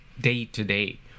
day-to-day